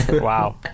Wow